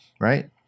right